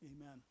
Amen